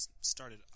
started